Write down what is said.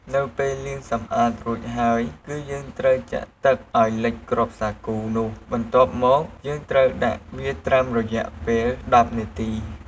នៅពេលលាងសម្អាតរួចរាល់ហើយ គឺយើងត្រូវចាក់ទឹកឱ្យលិចគ្រាប់សាគូនោះ បន្ទាប់មកយើងត្រូវដាក់វាត្រាំរយៈពេល១០នាទី។